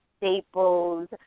Staples